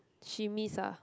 she miss ah